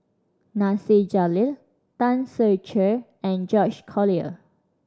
Nasir Jalil Tan Ser Cher and George Collyer